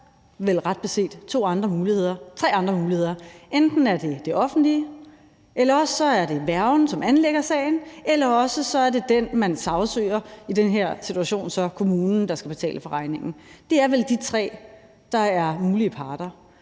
der vel ret beset tre andre muligheder: Enten er det det offentlige, eller også er det værgen, som anlægger sagen, eller også er det den, man sagsøger – i den her situation er det så kommunen – der skal betale regningen. Det er vel de tre, der er mulige parter.